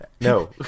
No